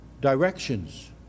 Directions